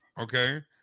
okay